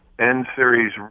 N-series